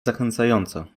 zachęcające